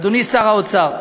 אדוני שר האוצר,